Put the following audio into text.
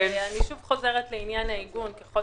אני חוזרת שוב לעניין העיגון ככל